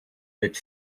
its